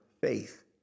faith